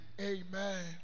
Amen